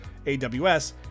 AWS